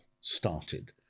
started